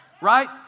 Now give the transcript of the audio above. right